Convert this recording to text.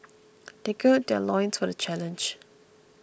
they gird their loins for the challenge